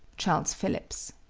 charles phillips.